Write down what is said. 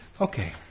Okay